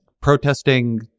protesting